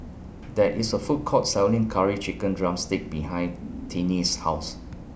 There IS A Food Court Selling Curry Chicken Drumstick behind Tinie's House